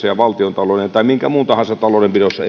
ja valtion talouden tai minkä tahansa muun talouden pidossa